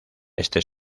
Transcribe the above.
este